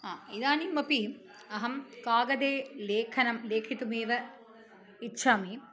हा इदानीम् अपि अहं कागदे लेखनं लेखितुमेव इच्छामि